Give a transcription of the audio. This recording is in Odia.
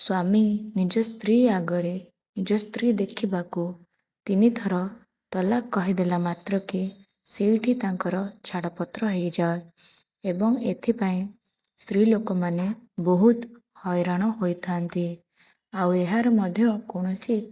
ସ୍ଵାମୀ ନିଜ ସ୍ତ୍ରୀ ଆଗରେ ନିଜ ସ୍ତ୍ରୀ ଦେଖିବାକୁ ତିନିଥର ତଲାଖ କହି ଦେଲା ମାତ୍ରକେ ସେହିଠି ତାଙ୍କର ଛାଡ଼ପତ୍ର ହୋଇଯାଏ ଏବଂ ଏଥିପାଇଁ ସ୍ତ୍ରୀ ଲୋକମାନେ ବହୁତ ହଇରାଣ ହୋଇଥାନ୍ତି ଆଉ ଏହାର ମଧ୍ୟ କୌଣସି